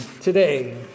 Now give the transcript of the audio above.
today